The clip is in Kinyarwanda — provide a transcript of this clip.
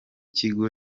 kigo